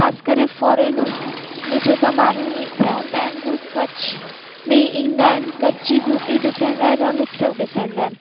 ख़ासि करे फॉरेन में जेका माण्हू रहंदा आहिनि हू कच्छ में ईंदा आहिनि कच्छ जी ब्यूटी ॾिसण लाइ रण उत्सव ॾिसण लाइ